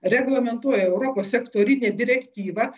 reglamentuoja europos sektorinė direktyva